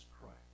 Christ